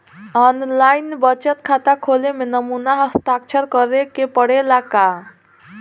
आन line बचत खाता खोले में नमूना हस्ताक्षर करेके पड़ेला का?